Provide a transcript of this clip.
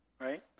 right